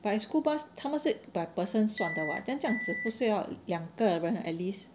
but if school bus 他们是 by person 算的 [what] 这样子不是要两个人 at least